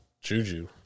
Juju